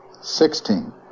Sixteen